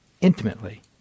intimately